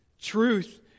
truth